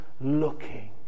looking